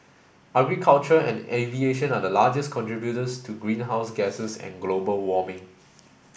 agriculture and aviation are the largest contributors to greenhouse gases and global warming